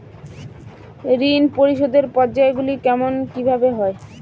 ঋণ পরিশোধের পর্যায়গুলি কেমন কিভাবে হয়?